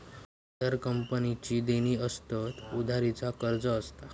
उधार कंपनीची देणी असतत, उधारी चा कर्ज असता